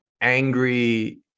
angry